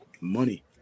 money